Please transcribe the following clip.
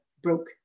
broke